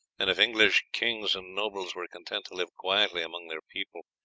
and if english kings and nobles were content to live quietly among their people.